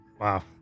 Wow